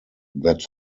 that